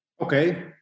Okay